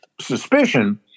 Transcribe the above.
suspicion